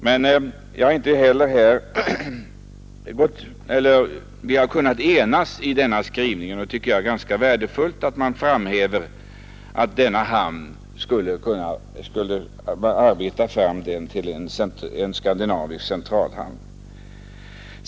Vi har emellertid kunnat enas i denna skrivning, och jag tycker att det är ganska värdefullt att man framhäver att Göteborgs hamn skulle kunna arbetas fram till en skandinavisk centralhamn.